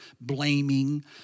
blaming